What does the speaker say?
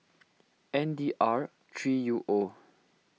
N D R three U O